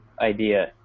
idea